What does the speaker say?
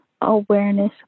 awareness